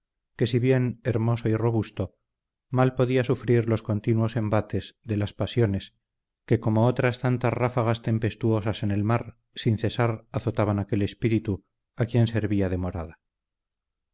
que si bien hermoso y robusto mal podía sufrir los continuos embates de las pasiones que como otras tantas ráfagas tempestuosas en el mar sin cesar azotaban aquel espíritu a quien servía